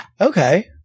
okay